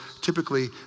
typically